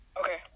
Okay